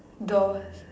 doors